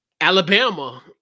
Alabama